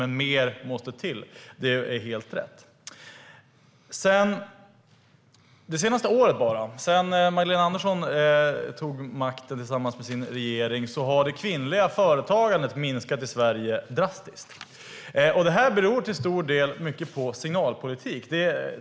Men det är helt rätt att mer måste till. Sedan Magdalena Andersson tog makten tillsammans med regeringen har det kvinnliga företagandet drastiskt minskat i Sverige. Det beror till stor del på en signalpolitik.